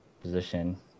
position